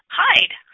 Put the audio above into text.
hide